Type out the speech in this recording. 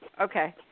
Okay